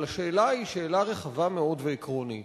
אבל השאלה היא שאלה רחבה מאוד ועקרונית: